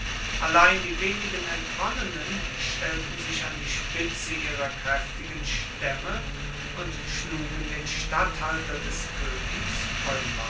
allein die wenigen entronnenen stellten sich an die spitze ihrer kräftigen stämme und schlugen den statthalter des königs